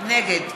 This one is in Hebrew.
נגד